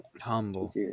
humble